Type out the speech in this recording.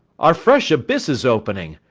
are fresh abysses opening!